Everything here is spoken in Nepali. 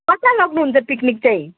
कता लग्नुहुन्छ पिकनिक चाहिँ